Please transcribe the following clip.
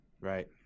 right